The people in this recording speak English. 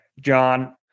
John